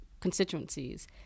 constituencies